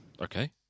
Okay